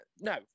No